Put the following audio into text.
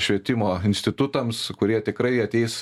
švietimo institutams kurie tikrai ateis